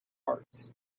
parts